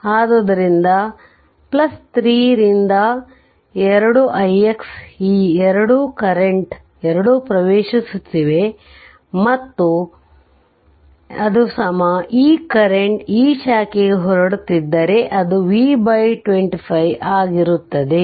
ಆದ್ದರಿಂದ 3 ರಿಂದ 2 ix ಈ 2 ಕರೆಂಟ್ ಎರಡೂ ಪ್ರವೇಶಿಸುತ್ತಿವೆ ಮತ್ತು ಈ ಕರೆಂಟ್ ಈ ಶಾಖೆಗೆ ಹೊರಡುತ್ತಿದ್ದರೆ ಅದು V 25 ಆಗಿರುತ್ತದೆ